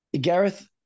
Gareth